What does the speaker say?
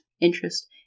interest